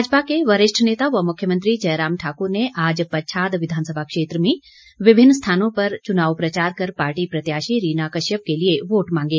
भाजपा के वरिष्ठ नेता व मुख्यमंत्री जयराम ठाकुर ने आज पच्छाद विधानसभा क्षेत्र में विभिन्न स्थानों पर च्नाव प्रचार कर पार्टी प्रत्याशी रीना कश्यप के लिए वोट मांगे